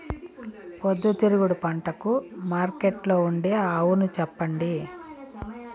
పొద్దుతిరుగుడు పంటకు మార్కెట్లో ఉండే అవును చెప్పండి?